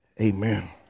Amen